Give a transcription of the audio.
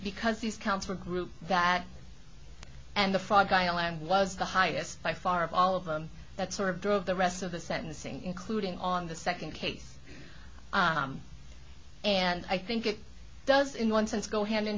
because these counts were group that and the fog island was the highest by far of all of them that sort of drove the rest of the sentencing including on the nd case and i think it does in one sense go hand in